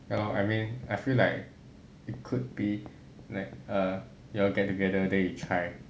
ya lor I mean I feel like it could be like err you all get together then you try